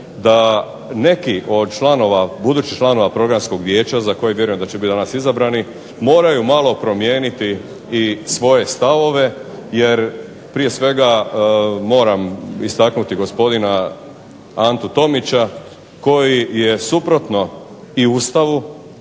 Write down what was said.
da neki budući članovi Programsko vijeće HRTV-e za koje vjerujem da će danas biti izabrani moraju malo promijeniti i svoje stavove, jer prije svega moram istaknuti gospodina Antu Tomića koji je suprotno i Ustavu